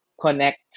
connect